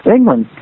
England